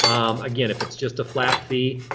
um again if it's just a flat fee,